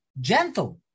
gentle